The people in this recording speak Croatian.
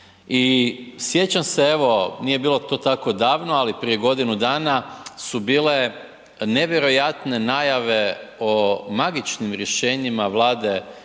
I sjećam se evo nije bilo to tako davno, ali prije godinu dana su bile nevjerojatne najave o magičnim rješenjima Vlade